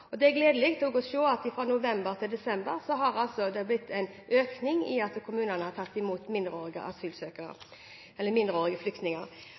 Det er gledelig å se at fra november til desember har det blitt en økning i kommunenes mottak av mindreårige flyktninger. De mindreårige